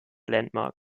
landmark